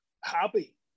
happy